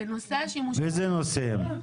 באיזה נושאים?